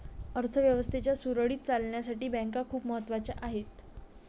अर्थ व्यवस्थेच्या सुरळीत चालण्यासाठी बँका खूप महत्वाच्या आहेत